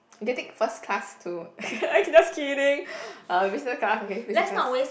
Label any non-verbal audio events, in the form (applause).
and can take first class to (laughs) okay just kidding uh business class okay business class